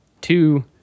two